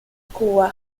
cuba